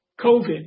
COVID